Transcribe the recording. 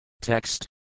Text